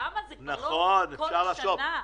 זה חודשיים מקסימום.